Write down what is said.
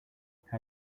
how